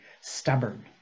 stubborn